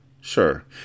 Sure